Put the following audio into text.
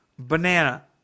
Banana